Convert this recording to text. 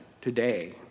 today